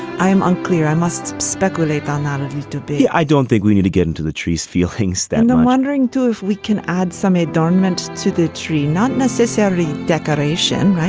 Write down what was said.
i am unclear. i must speculate. but ah not only to be i don't think we need to get into the trees feelings. then i'm wondering too, if we can add some adornment to the tree not necessarily decoration, right?